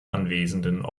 anwesenden